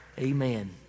Amen